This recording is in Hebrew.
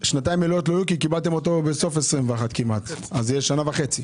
שנתיים מלאות לא יהיו כי קיבלתם אותו בסוף 21' כמעט אז יהיה שנה וחצי.